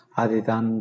aditan